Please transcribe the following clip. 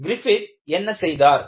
Griffith என்ன செய்தார்